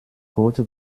gut